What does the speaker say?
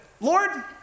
Lord